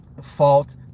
fault